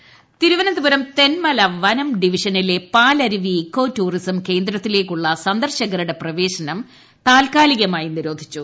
eco tourism Thiruvananthapuram Thenmala വനം ഡിവിഷനിലെ Palaruvi eco tourism കേന്ദ്രത്തിലേക്കുള്ള സന്ദർശകരുടെ പ്രവേശനം താൽക്കാലികമായി നിരോധിച്ചു